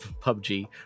PUBG